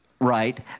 right